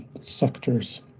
sectors